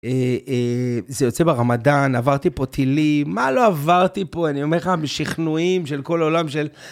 זה יוצא ברמדאן, עברתי פה טילים, מה לא עברתי פה? אני אומר לך, משכנועים של כל העולם של...